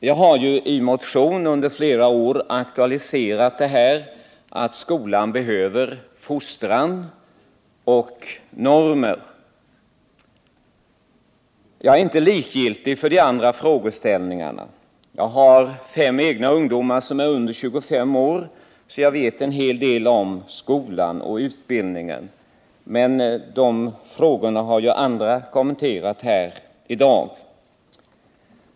Jag har i motioner under flera år aktualiserat detta att skolan behöver fostran och normer. Jag är inte likgiltig för de andra frågeställningarna. Jag har fem egna ungdomar under 25 år, så jag vet en hel del om skolan och utbildningen. Men de frågorna har andra kommenterat här i dag.